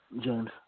James